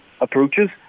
approaches